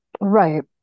Right